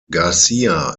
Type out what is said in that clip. garcia